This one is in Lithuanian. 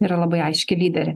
yra labai aiški lyderė